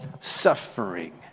suffering